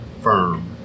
firm